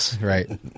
Right